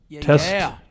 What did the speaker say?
test